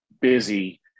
busy